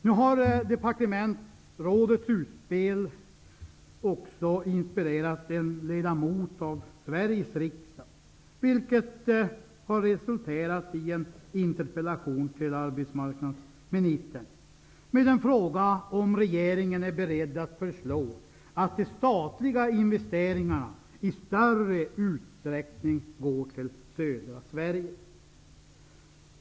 Nu har departementsrådets utspel också inspirerat en ledamot av Sveriges riksdag. Det har resulterat i en interpellation till arbetsmarknadsministern där han frågar om regeringen är beredd att föreslå att de statliga investeringarna i större utsträckning går till södra Sverige.